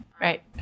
right